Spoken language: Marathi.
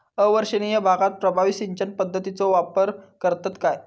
अवर्षणिय भागात प्रभावी सिंचन पद्धतीचो वापर करतत काय?